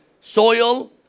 soil